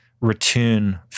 return